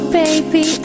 baby